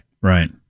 Right